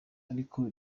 ariko